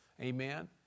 Amen